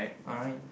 alright